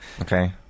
Okay